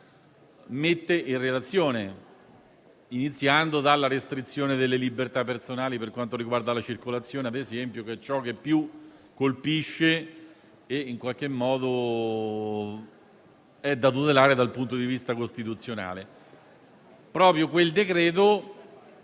mette in relazione, iniziando dalla restrizione delle libertà personali per quanto riguarda la circolazione - ad esempio - che è ciò che più colpisce ed è da tutelare dal punto di vista costituzionale. Proprio quel decreto